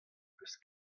peus